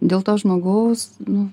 dėl to žmogaus nu